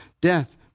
death